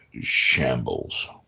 shambles